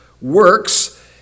works